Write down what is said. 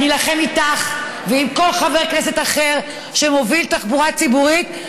אני אילחם איתך ועם כל חבר כנסת אחר שמוביל תחבורה ציבורית,